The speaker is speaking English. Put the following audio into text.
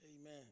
amen